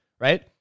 right